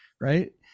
right